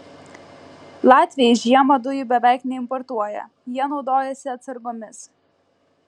latviai žiemą dujų beveik neimportuoja jie naudojasi atsargomis